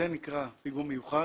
זה נקרא "פיגום מיוחד"?